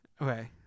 Okay